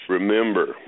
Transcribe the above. Remember